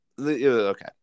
Okay